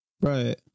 Right